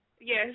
yes